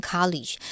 College